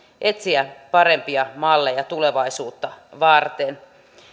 etsiä parempia malleja tulevaisuutta varten